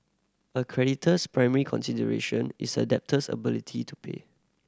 a creditor's primary consideration is a debtor's ability to pay